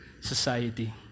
society